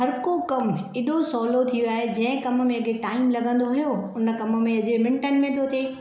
हर को कमु ऐॾो सहूलो थी वियो आहे जंहिं कम में टाइम लॻंदो हो उन कम में अॼु मिनटनि में थो थिए